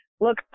Look